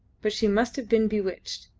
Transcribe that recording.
but she must have been bewitched,